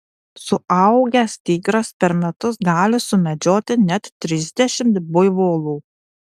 suaugęs tigras per metus gali sumedžioti net trisdešimt buivolų